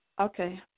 Okay